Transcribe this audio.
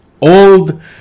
old